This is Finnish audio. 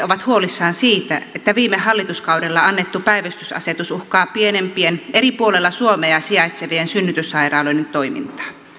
ovat huolissaan siitä että viime hallituskaudella annettu päivystysasetus uhkaa pienempien eri puolilla suomea sijaitsevien synnytyssairaaloiden toimintaa